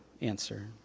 answer